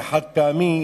זה חד-פעמי,